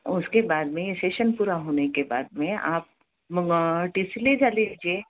उसके बाद में सेशन पूरा होने के बाद में आप टी सी ले जा लीजिए